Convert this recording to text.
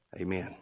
Amen